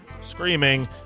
screaming